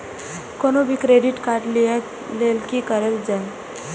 कोनो भी credit card लिए के लेल की करल जाय?